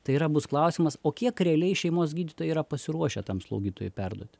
tai yra bus klausimas o kiek realiai šeimos gydytojai yra pasiruošę tam slaugytojui perduot